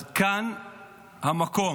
אז כאן המקום,